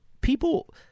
people